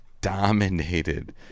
dominated